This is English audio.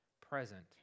present